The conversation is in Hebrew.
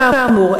כאמור,